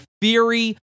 theory